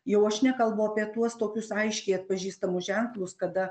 jau aš nekalbu apie tuos tokius aiškiai atpažįstamus ženklus kada